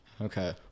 okay